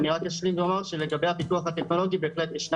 רק אשלים ואומר שלגבי הפיקוח הטכנולוגי בהחלט ישנה